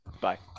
Bye